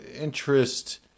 interest